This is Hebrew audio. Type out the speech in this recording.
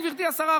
גברתי השרה,